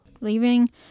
leaving